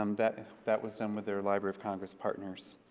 um that that was done with their library of congress partners.